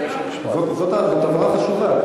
זאת הבהרה חשובה.